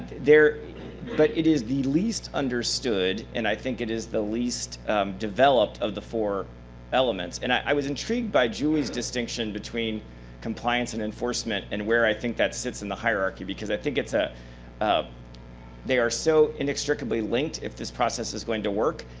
but it is the least understood and i think it is the least developed of the four elements. and i was intrigued by julie's distinction between compliance and enforcement and where i think that sits in the hierarchy because i think it's ah um they are so inextricably linked if this process is going to work,